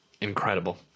incredible